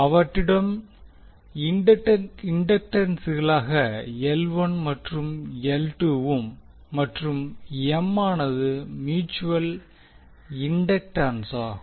அவற்றிடம் இண்டக்டன்சுகளாக மற்றும் வும் மற்றும் M ஆனது மியூட்சுவல் இண்டக்டண்சாகும்